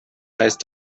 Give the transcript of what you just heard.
heißt